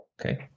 Okay